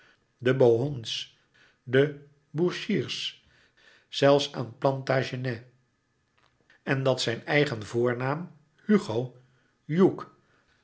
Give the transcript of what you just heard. de bohuns de bourchiers zelfs aan plantagenet en dat zijn eigen voornaam hugo